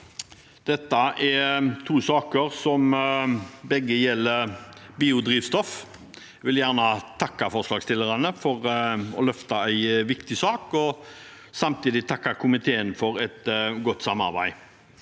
Dette er to saker som begge gjelder biodrivstoff. Jeg vil gjerne takke forslagsstillerne for at de løfter en viktig sak og samtidig takke komiteen for et godt samarbeid.